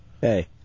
Hey